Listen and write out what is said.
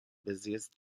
busiest